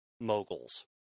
moguls